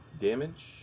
damage